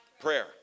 Prayer